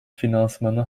finansmanı